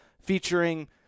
featuring